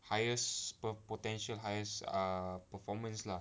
highest potential highest err performance lah